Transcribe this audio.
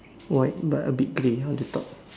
white but a bit grey how to talk